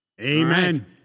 Amen